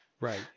Right